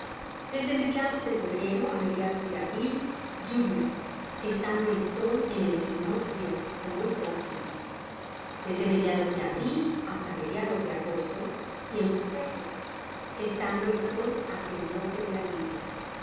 desde mediados de febrero á mediados de abril llovia estando el sol en el equiaoccio ó muy próximo desde mediados de abril ihasta mediados de agosto tiempo seco tetando el sol hácia el norte de la linea